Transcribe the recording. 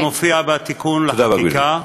זה מופיע בתיקון לחקיקה,